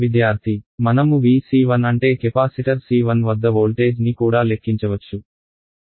విద్యార్థి మనము VC1 అంటే కెపాసిటర్ C1 వద్ద వోల్టేజ్ ని కూడా లెక్కించవచ్చు